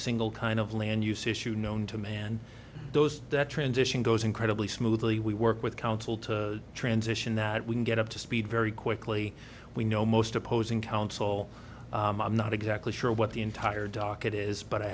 single kind of land use issue known to man those that transition goes incredibly smoothly we work with counsel to transition that we can get up to speed very quickly we know most opposing counsel i'm not exactly sure what the entire docket is but i